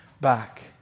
back